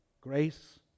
grace